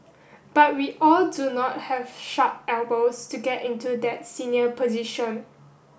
but we all do not have sharp elbows to get into that senior position